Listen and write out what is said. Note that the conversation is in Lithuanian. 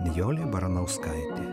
nijolė baranauskaitė